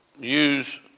use